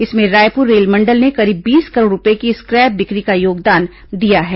इसमें रायपुर रेलमंडल ने करीब बीस करोड़ रूपये की स्क्रैप बिक्री का योगदान दिया है